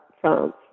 France